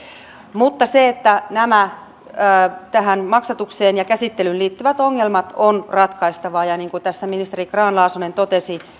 mutta nämä maksatukseen ja käsittelyyn liittyvät ongelmat on ratkaistava ja niin kuin tässä ministeri grahn laasonen totesi